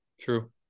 true